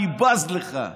אני בז לך".